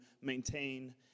maintain